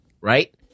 Right